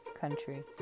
country